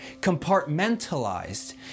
compartmentalized